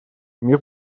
мир